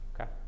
okay